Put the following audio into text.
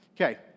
Okay